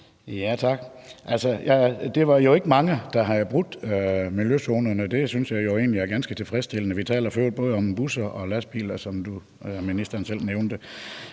Tak. Det var jo ikke mange, der havde brudt reglerne i miljøzonerne. Det synes jeg jo egentlig er ganske tilfredsstillende. Vi taler for øvrigt både om busser og lastbiler, hvad ministeren selv nævnte.